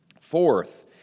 Fourth